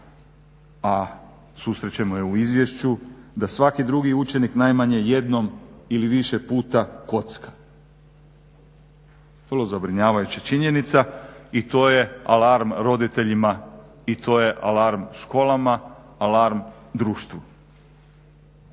a susrećemo je u izvješću da svaki drugi učenik najmanje jednom ili više puta kocka. Vrlo zabrinjavajuća činjenica i to je alarm roditeljima i to je alarm školama, alarm društvu.